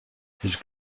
his